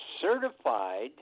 certified